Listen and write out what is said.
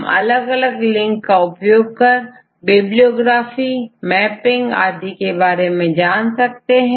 हम अलग अलग लिंक का उपयोग कर बिबलियोग्राफी मैपिंग आदि के बारे में जान सकते हैं